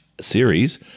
series